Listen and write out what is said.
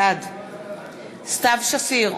בעד סתיו שפיר,